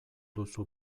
duzu